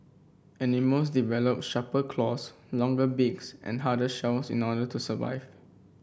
animals develop sharper claws longer beaks and harder shells in order to survive